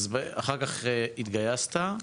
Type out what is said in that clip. אחר כך התגייסת,